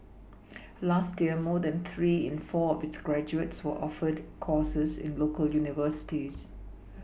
last year more than three in four of its graduates were offered courses in local universities